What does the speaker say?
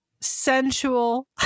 sensual